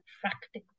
practical